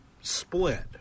split